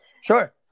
Sure